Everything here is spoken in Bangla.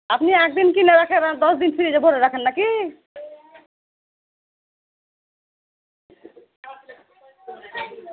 আপনি একদিন কিনে রাখেন আর দশ দিন ফ্রিজে ভোরে রাখেন না কি